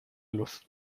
luz